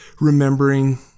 remembering